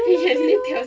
对 lor 对 lor